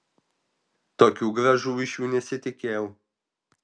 tokių grąžų iš jų nesitikėjau